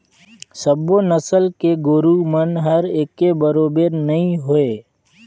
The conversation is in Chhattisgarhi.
सबो नसल के गोरु मन हर एके बरोबेर नई होय